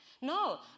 No